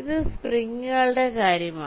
ഇത് സ്പ്രിങ്സിന്റെ കാര്യമാണ്